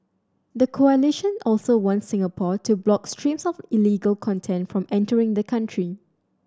the coalition also wants Singapore to block streams of illegal content from entering the country